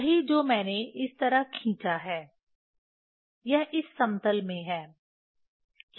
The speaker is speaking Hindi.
यही जो मैंने इस तरह खींचा है यह इस समतल में है